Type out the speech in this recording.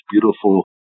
beautiful